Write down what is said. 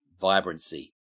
vibrancy